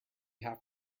have